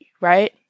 right